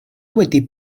wedi